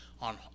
on